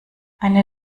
eine